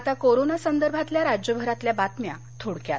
आता कोरोना संदर्भातल्या राज्यभरातल्या बातम्या थोडक्यात